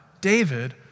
David